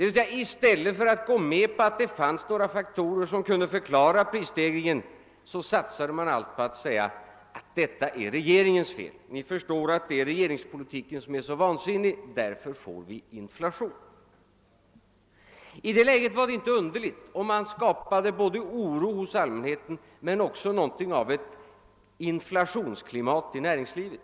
I stället för att gå med på att det fanns faktorer som kunde förklara prisstegringen satsade man helt på att säga: Detta är regeringens fel — ni förstår, det är regeringspolitiken som är så vansinnig att vi får inflation. I det läget var det inte underligt om man skapade både oro hos allmänheten och något av ett inflationsklimat i näringslivet.